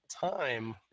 time